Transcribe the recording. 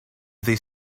they